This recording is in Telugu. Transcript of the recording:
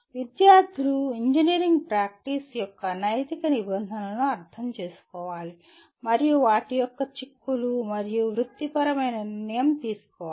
విద్యార్థులు ఇంజనీరింగ్ ప్రాక్టీస్ యొక్క నైతిక నిబంధనలను అర్థం చేసుకోవాలి మరియు వాటి యొక్క చిక్కులు మరియు వృత్తిపరమైన నిర్ణయం తీసుకోవాలి